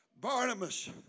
Barnabas